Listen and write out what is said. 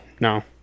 No